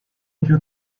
più